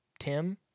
Tim